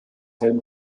helm